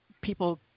people